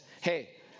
hey